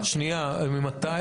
ממתי?